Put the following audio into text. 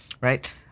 right